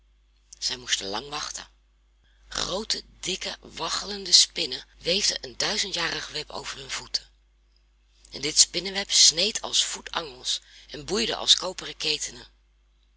zij moesten lang wachten groote dikke waggelende spinnen weefden een duizendjarig web over hun voeten en dit spinneweb sneed als voetangels en boeide als koperen ketenen